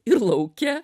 ir lauke